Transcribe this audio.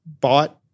bought